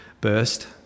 burst